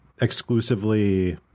exclusively